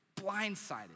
blindsided